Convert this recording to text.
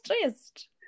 stressed